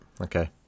okay